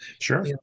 Sure